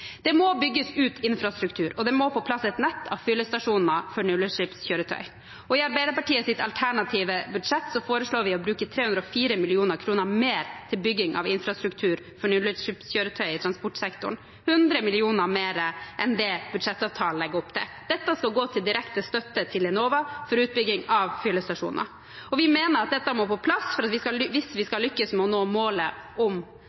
Det må bygges ut infrastruktur, og det må på plass et nett av fyllestasjoner for nullutslippskjøretøy. I Arbeiderpartiets alternative budsjett foreslår vi å bruke 304 mill. kr mer til bygging av infrastruktur for nullutslippskjøretøy i transportsektoren – 100 mill. kr mer enn det budsjettavtalen legger opp til. Dette skal gå til direkte støtte til Enova for utbygging av fyllestasjoner. Vi mener at dette må på plass hvis vi skal lykkes med å nå målet om